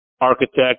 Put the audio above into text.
architect